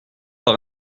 par